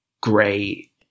great